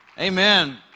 Amen